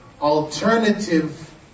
alternative